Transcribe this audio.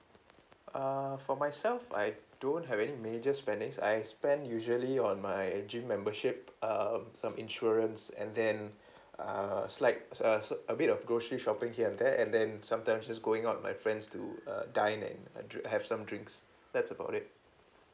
uh for myself I don't have any major spendings I spend usually on my gym membership um some insurance and then uh it's like err s~ a bit of groceries shopping here and there and then sometimes just going out with my friends to uh dine and have some drinks that's about it